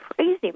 crazy